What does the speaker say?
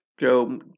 go